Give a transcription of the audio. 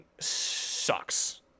sucks